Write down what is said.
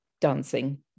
dancing